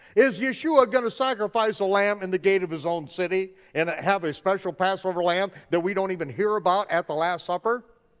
is yeshua gonna sacrifice a lamb in the gate of his own city and ah have a special passover lamb that we don't even hear about at the last supper?